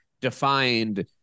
defined